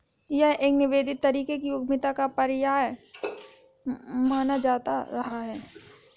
यह एक निवेदित तरीके की उद्यमिता का पर्याय माना जाता रहा है